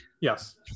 Yes